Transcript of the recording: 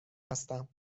هستم